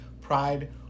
Pride